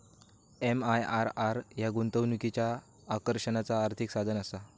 MIRR ह्या गुंतवणुकीच्या आकर्षणाचा आर्थिक साधनआसा